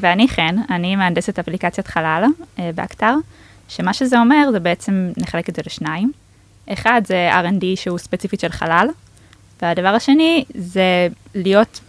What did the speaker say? ואני חן, אני מנדסת אפליקציית חלל בהכתר, שמה שזה אומר, זה בעצם נחלק את זה לשניים. אחד זה rnd, שהוא ספציפית של חלל, והדבר השני זה להיות